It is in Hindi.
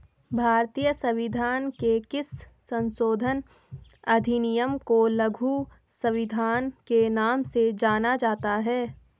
भारतीय संविधान के किस संशोधन अधिनियम को लघु संविधान के नाम से जाना जाता है?